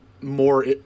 more